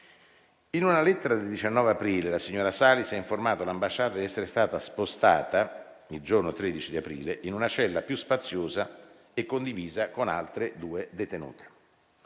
In una lettera del 19 aprile, la signora Salis ha informato l'ambasciata di essere stata spostata, il giorno 13 aprile, in una cella più spaziosa e condivisa con altre due detenute.